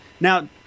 now